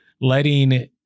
letting